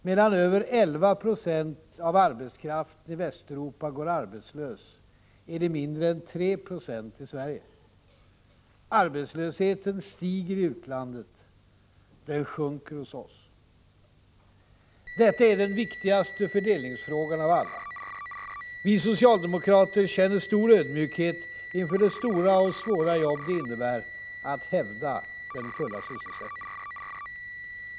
Medan över 1196 av arbetskraften i Västeuropa går arbetslös, är det mindre än 3 20 som gör det i Sverige. Arbetslösheten stiger i utlandet. Den sjunker hos oss. Detta är den viktigaste fördelningsfrågan av alla. Vi socialdemokrater känner stor ödmjukhet inför det stora och svåra jobb det innebär att hävda den fulla sysselsättningen.